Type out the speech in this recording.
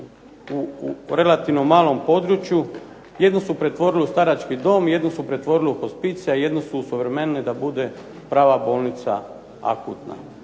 u relativno malom području. Jednu su pretvorili u starački dom, jednu su pretvorili u hospicije, a jednu su osuvremenili da bude prava bolnica akutna.